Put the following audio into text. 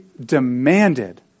demanded